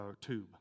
tube